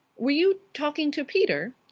were you talking to peter?